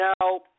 Now